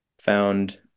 found